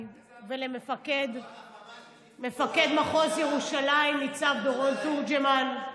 ולמפקד מחוז ירושלים ניצב דורון תורג'מן,